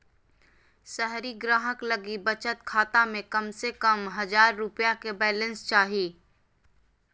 शहरी ग्राहक लगी बचत खाता में कम से कम हजार रुपया के बैलेंस चाही